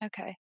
Okay